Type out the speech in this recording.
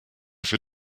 für